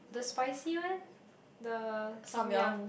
the spicy one the Samyang